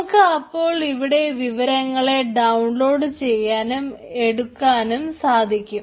നമുക്ക് അപ്പോൾ ഇവിടെ വിവരങ്ങളെ ഡൌൺലോഡ് ചെയ്യാനും എടുക്കാനും സാധിക്കും